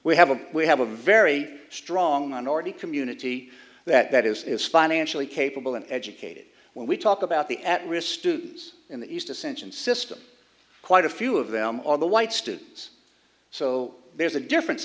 we have a we have a very strong on already community that is is financially capable and educated when we talk about the at risk students in the east ascension system quite a few of them are the white students so there's a difference